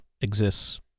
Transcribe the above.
exists